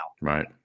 Right